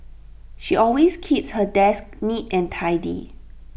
she always keeps her desk neat and tidy